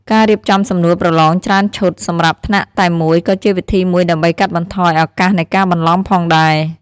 ការរៀបចំសំណួរប្រឡងច្រើនឈុតសម្រាប់ថ្នាក់តែមួយក៏ជាវិធីមួយដើម្បីកាត់បន្ថយឱកាសនៃការបន្លំផងដែរ។